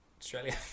Australia